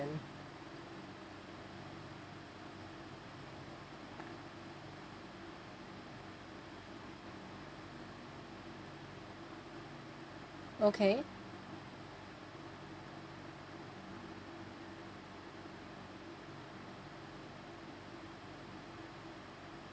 okay